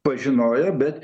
pažinojo bet